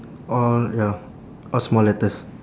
all ya all small letters